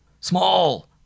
Small